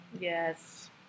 Yes